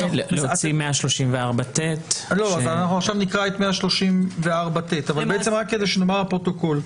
להוציא 134ט. רק לומר לפרוטוקול.